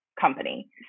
company